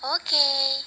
Okay